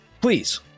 Please